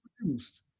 produced